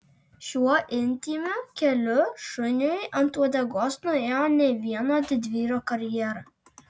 šiuo intymiu keliu šuniui ant uodegos nuėjo ne vieno didvyrio karjera